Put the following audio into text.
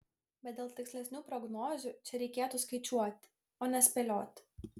bet dėl tikslesnių prognozių čia reikėtų skaičiuoti o ne spėlioti